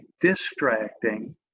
distracting